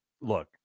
look